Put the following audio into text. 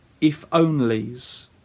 if-onlys